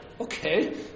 okay